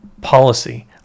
policy